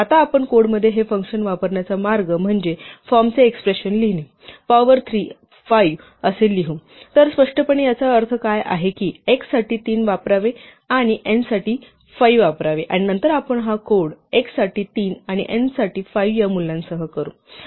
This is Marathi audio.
आता आपण कोडमध्ये हे फंक्शन वापरण्याचा मार्ग म्हणजे फॉर्मचे एक्सप्रेशन लिहिणे पॉवर 3 5 असे लिहू तर स्पष्टपणे याचा अर्थ काय आहे की x साठी 3 वापरावे आणि n साठी 5 वापरावे आणि नंतर आपण हा कोड x साठी 3 आणि n साठी 5 या मूल्यांसह करू